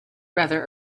rather